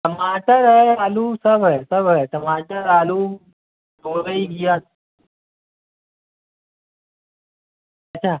टमाटर है आलू सब है सब है टमाटर आलू गोभी प्याज़ अच्छा